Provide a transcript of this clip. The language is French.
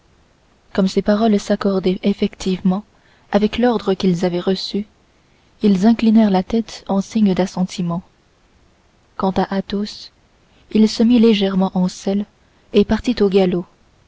comme ces paroles s'accordaient effectivement avec l'ordre qu'ils avaient reçu ils inclinèrent la tête en signe d'assentiment quant à athos il se mit légèrement en selle et partit au galop